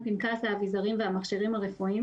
(להלן, פנקס האבזרים והמכשירים הרפואיים)